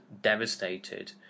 devastated